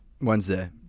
Wednesday